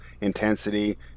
intensity